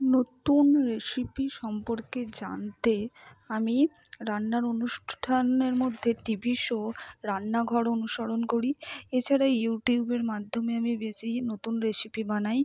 নতুন রেসিপি সম্পর্কে জানতে আমি রান্নার অনুষ্ঠানের মধ্যে টিভি শো রান্নাঘর অনুসরণ করি এছাড়া ইউটিউবের মাধ্যমে আমি বেশিই নতুন রেসিপি বানাই